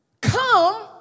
Come